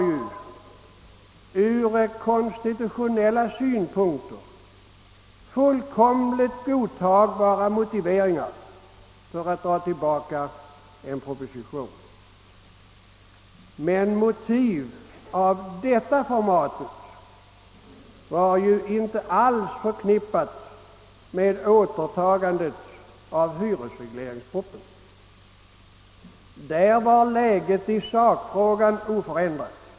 Jr konstitutionella synpunkter var det fullt godtagbara motiveringar för att dra tillbaka propositionerna, men några motiv av det formatet fanns inte vid återtagandet av hyresregleringspropositionen. Då var läget i sakfrågan oförändrat.